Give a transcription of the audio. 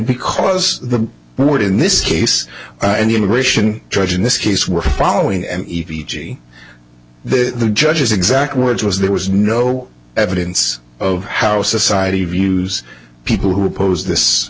because the board in this case and the immigration judge in this case were following and e g the judge's exact words was there was no evidence of how society views people who oppose this